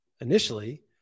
initially